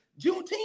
Juneteenth